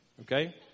okay